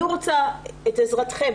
אני רוצה את עזרתכם